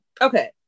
Okay